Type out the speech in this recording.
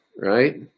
right